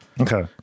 Okay